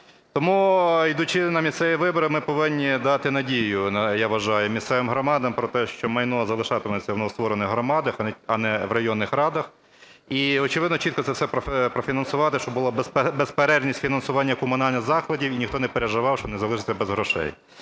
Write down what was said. Тому йдучи на місцеві вибори, ми повинні дати надію, я вважаю, місцевим громадам про те, що майно залишатиметься в новостворених громадах, а не в районних радах. І очевидно, чітко це все профінансувати, щоб була безперервність фінансування комунальних заходів і ніхто не переживав, щоб не залишитися без грошей.